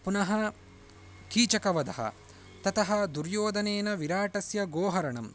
पुनः कीचकवधः ततः दुर्योधनेन विराटस्य गोहरणं